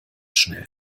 schnell